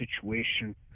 situation